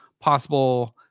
possible